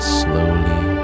slowly